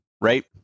right